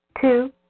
Two